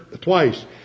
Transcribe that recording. twice